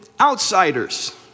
outsiders